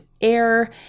air